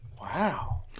Wow